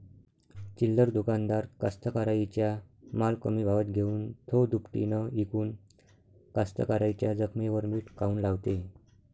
चिल्लर दुकानदार कास्तकाराइच्या माल कमी भावात घेऊन थो दुपटीनं इकून कास्तकाराइच्या जखमेवर मीठ काऊन लावते?